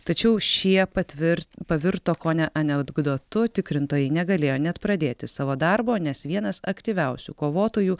tačiau šie patvir pavirto kone anekdotu tikrintojai negalėjo net pradėti savo darbo nes vienas aktyviausių kovotojų